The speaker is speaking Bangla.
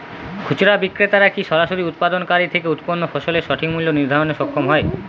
খুচরা বিক্রেতারা কী সরাসরি উৎপাদনকারী থেকে উৎপন্ন ফসলের সঠিক মূল্য নির্ধারণে সক্ষম হয়?